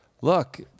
look